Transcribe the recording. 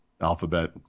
Alphabet